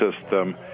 system